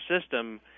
system